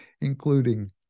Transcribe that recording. including